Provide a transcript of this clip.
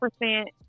percent